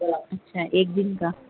اچھا ایک دن کا